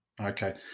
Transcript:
Okay